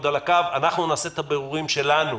על הקו אנחנו נעשה את הבירורים שלנו,